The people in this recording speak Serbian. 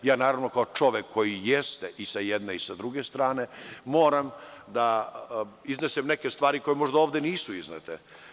Ja, naravno, kao čovek koji jeste i sa jedne i sa druge strane, moram da iznesem neke stvari koje ovde možda nisu iznete.